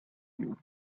you